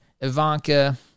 ivanka